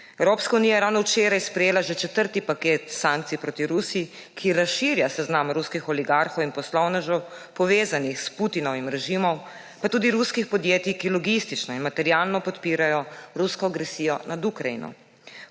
Evropska unija je ravno včeraj sprejela že četrti paket sankcij proti Rusiji, ki razširja seznam ruskih oligarhov in poslovnežev, povezanih s Putinovim režimom, pa tudi ruskih podjetij, ki logistično in materialno podpirajo rusko agresijo nad Ukrajino.